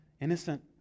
innocent